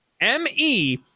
M-E